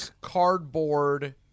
cardboard